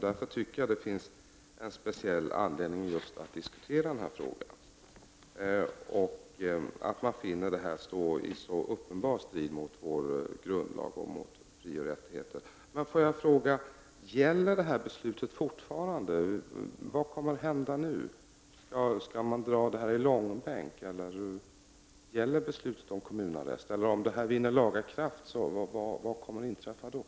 Därför tycker jag att det finns speciell anledning att diskutera just den här frågan. Man finner ju att detta står i uppenbar strid mot den svenska grundlagen och mot vad som gäller beträffande frioch rättigheter. Jag vill fråga: Gäller beslutet fortfarande? Vad kommer att hända nu? Skall denna fråga dras i långbänk? Gäller beslutet om kommunarrest? Vad kommer att inträffa om den här domen vinner laga kraft?